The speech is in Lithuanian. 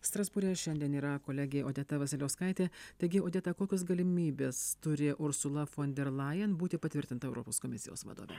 strasbūre šiandien yra kolegė odeta vasiliauskaitė taigi odeta kokios galimybės turi ursula fon der lajen būti patvirtinta europos komisijos vadove